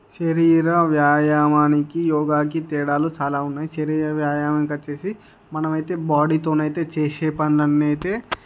శరీర వ్యాయామానికి యోగాకి తేడాలు చాలా వున్నాయి శరీర వ్యాయామంకి వచ్చి మనం అయితే బాడీతోనైతే చేసే పనులు అన్నీ అయితే